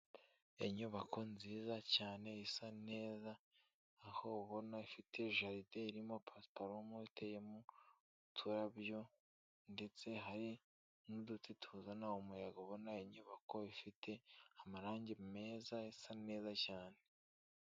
Inyubako nziza cyane isa neza aho ubona ifite jarideri irimo pasiparumu, iteyemo uturabyo ndetse hari n'uduti tuzana umuyaga, ubona inyubako ifite amarangi meza asa neza cyane.